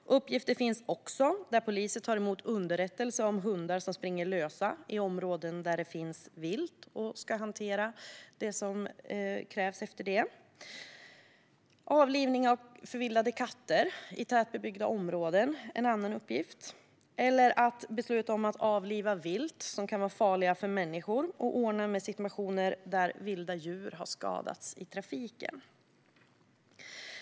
En uppgift för polisen är också att ta emot underrättelser om hundar som springer lösa i områden där det finns vilt och hantera det. Avlivning av förvildade katter i tätbebyggda områden är en annan uppgift, liksom att besluta om att avliva vilt som kan vara farliga för människor och att ordna upp situationer där vilda djur har skadats i trafiken.